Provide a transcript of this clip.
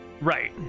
Right